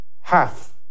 half